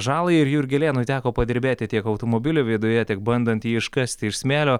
žalai ir jurgelėnui teko padirbėti tiek automobilio viduje tiek bandant jį iškasti iš smėlio